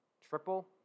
triple